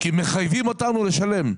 מחייבים אותנו לשלם.